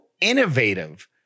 innovative